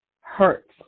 hurts